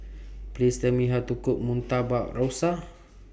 Please Tell Me How to Cook Murtabak Rusa